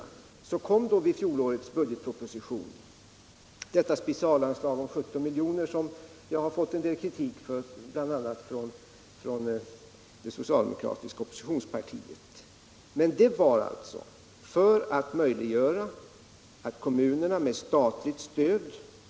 Av dessa skäl föreslogs i fjolårets budgetproposition ct speciulanstag på 17 milj.kr., som jag fått motta en del kritik för. bl.a. från det socialdemokratiska oppositionspartiet. Det tillkom för att möjliggöra för kommunerna att med statligt stöd.